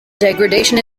degradation